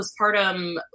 postpartum